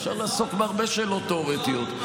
אפשר לעסוק בהרבה שאלות תיאורטיות.